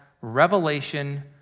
revelation